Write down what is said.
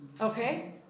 Okay